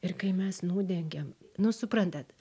ir kai mes nudengėm nu suprantat